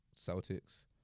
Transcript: Celtics